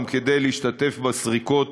כדי להשתתף בסריקות